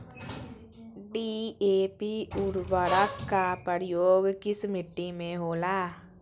DAP उर्वरक का प्रयोग किस मिट्टी में होला?